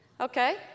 Okay